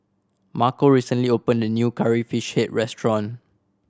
Marco recently opened a new Curry Fish Head restaurant